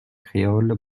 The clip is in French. créole